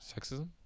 Sexism